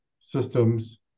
systems